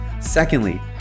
Secondly